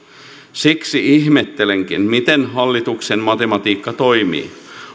siksi ihmettelenkin miten hallituksen matematiikka toimii